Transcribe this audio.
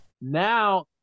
now